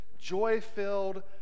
joy-filled